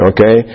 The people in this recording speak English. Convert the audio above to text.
Okay